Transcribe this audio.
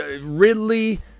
Ridley